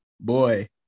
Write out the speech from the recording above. boy